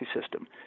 system